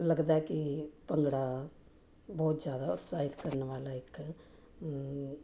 ਲੱਗਦਾ ਕਿ ਭੰਗੜਾ ਬਹੁਤ ਜ਼ਿਆਦਾ ਉਤਸ਼ਾਹਿਤ ਕਰਨ ਵਾਲਾ ਇੱਕ